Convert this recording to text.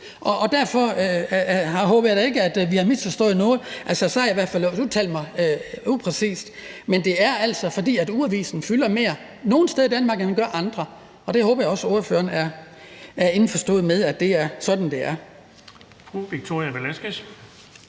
Derfor håber jeg da ikke, at vi har misforstået noget. Altså, så har jeg i hvert fald udtalt mig upræcist. Men det er altså, fordi ugeavisen fylder mere hos folk nogle steder i Danmark, end den gør andre steder i Danmark – og jeg håber også, at ordføreren har forstået, at det er sådan, det er.